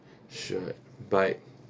sure bye